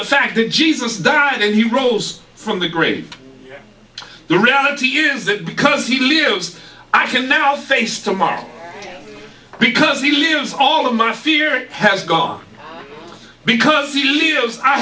the fact that jesus died and he rose from the grave the reality is that because he lives i can now face tomorrow because he lives all of my fear has gone because he believes i